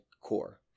core